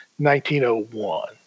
1901